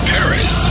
Paris